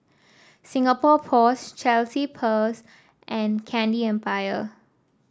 Singapore Post Chelsea Peers and Candy Empire